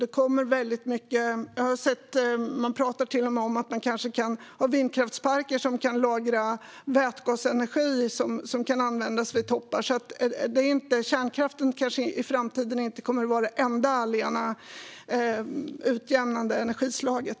Det talas till och med om att man kanske kan ha vindkraftsparker som kan lagra vätgasenergi som kan användas vid toppar. Kärnkraften kommer därför kanske inte i framtiden att vara det enda utjämnande energislaget.